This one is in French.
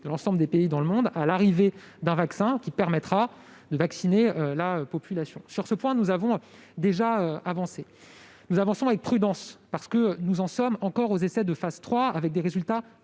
de l'ensemble des pays du monde, à l'arrivée d'un vaccin qui permettra de vacciner la population. Sur ce point, nous avons déjà avancé. Nous avançons avec prudence, parce que nous en sommes encore aux essais de phase III, avec des résultats